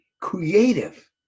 creative